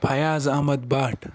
Fayaz Ahmad Bhat